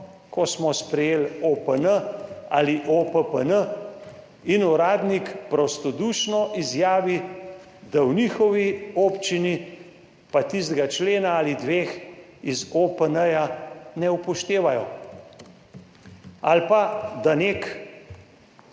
ko smo sprejeli OPN ali OPPN in uradnik prostodušno izjavi, da v njihovi občini pa tistega člena ali dveh iz OPN ne upoštevajo ali pa da neko